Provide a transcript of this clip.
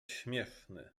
śmieszny